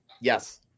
Yes